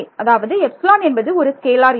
அதாவது எப்ஸிலான் என்பது ஒரு ஸ்கேலார் எண்